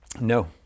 no